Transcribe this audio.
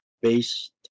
based